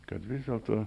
kad vis dėlto